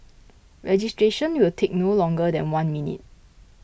registration will take no longer than one minute